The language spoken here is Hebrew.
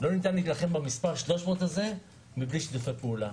לא ניתן להתנחם במספר 300 הזה, מבלי לשתף פעולה.